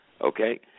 Okay